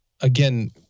again